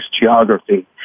geography